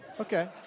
Okay